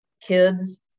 kids